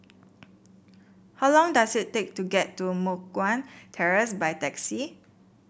how long does it take to get to Moh Guan Terrace by taxi